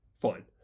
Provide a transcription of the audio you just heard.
Fine